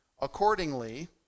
accordingly